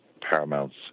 Paramount's